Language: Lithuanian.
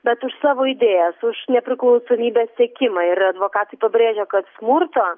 bet už savo idėjas už nepriklausomybės siekimą ir advokatai pabrėžia kad smurto